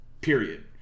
period